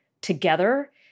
together